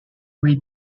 read